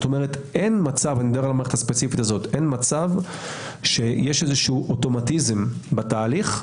אין מצב שיש אוטומטיזם בתהליך,